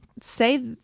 say